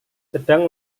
sedang